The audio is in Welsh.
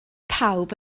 pawb